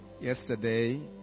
Yesterday